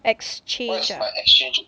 exchange ah